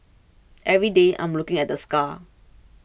every day I'm looking at the scar